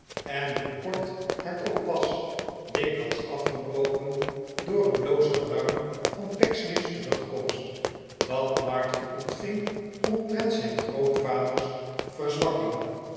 en hoe kort het ook was dikwijls afgebroken door een loos alarm van pecksniff's terugkomst dat martin ontving omtrent zijn grootvaders verzwakking